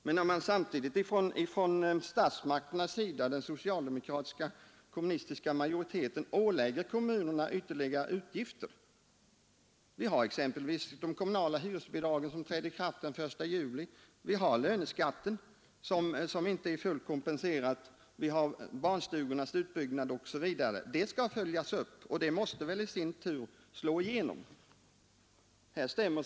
Men samtidigt med denna rekommendation ålägger statsmakterna kommunerna ytterligare utgifter — vi kan som exempel ta höjningen av de kommunala hyresbidragen från den 1 juli, löneskatten som inte är fullt kompenserad, barnstugornas utbyggnad osv.; allt detta skall följas upp och det måste i sin tur slå igenom i högre kostnader.